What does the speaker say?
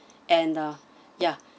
and uh yeah